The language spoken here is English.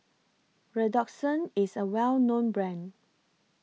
Redoxon IS A Well known Brand